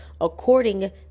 according